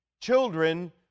Children